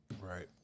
Right